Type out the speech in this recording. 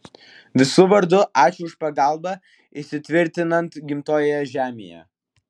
visų vardu ačiū už pagalbą įsitvirtinant gimtojoje žemėje